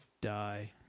die